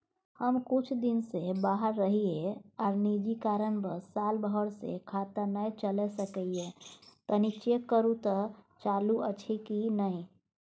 हम कुछ दिन से बाहर रहिये आर निजी कारणवश साल भर से खाता नय चले सकलियै तनि चेक करू त चालू अछि कि नय?